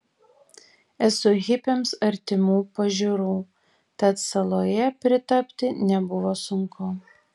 esu hipiams artimų pažiūrų tad saloje pritapti nebuvo sunku